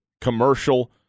commercial